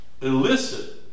elicit